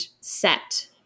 set